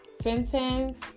sentence